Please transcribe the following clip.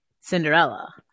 Cinderella